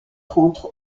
rentre